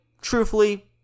Truthfully